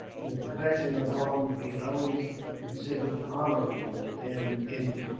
the profession of arms being always considered honorable, in india.